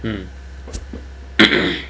mm